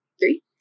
three